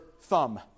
thumb